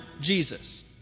Jesus